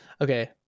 Okay